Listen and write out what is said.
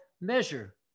measure